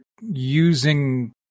using